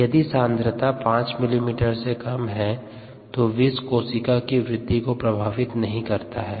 यदि सांद्रता 75 मिलीमीटर से कम है तो विष कोशिका की वृद्धि को प्रभावित नहीं करता है